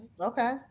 Okay